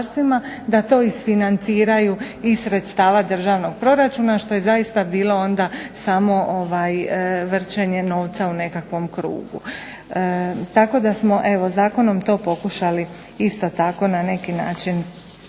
da to isfinanciraju iz sredstava državnog proračuna što je zaista bilo onda samo vrćenje novca u nekakvom krugu. Tako da smo evo zakonom to pokušali isto tako na neki način